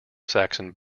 saxon